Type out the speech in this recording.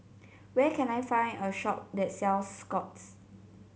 where can I find a shop that sells Scott's